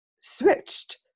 switched